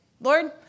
Lord